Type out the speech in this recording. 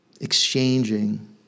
exchanging